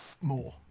more